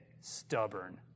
stubborn